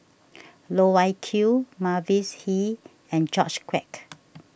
Loh Wai Kiew Mavis Hee and George Quek